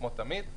כמו תמיד,